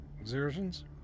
exertions